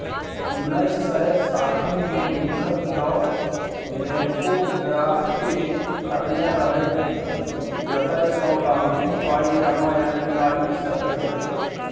उन्नैस सय साठिमे लुथर जार्ज बैंकोग्राफकेँ तकने रहय जतयसँ गांहिकी पाइ जमा या निकालि सकै